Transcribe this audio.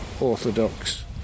Orthodox